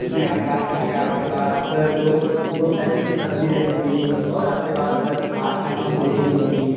उसमें आचार रहेगा आपके पास स दो दो टायप की सब्जी रहेगी और आपके पास आठ या नौ पूड़ी रहेंगी